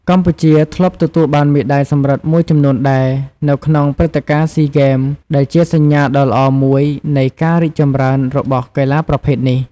កម្ពុជាធ្លាប់ទទួលបានមេដាយសំរឹទ្ធមួយចំនួនដែរនៅក្នុងព្រឹត្តិការណ៍ស៊ីហ្គេម ដែលជាសញ្ញាដ៏ល្អមួយនៃការរីកចម្រើនរបស់កីឡាប្រភេទនេះ។